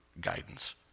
guidance